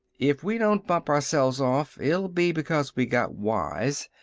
if we don't bump ourselves off, it'll be because we got wise,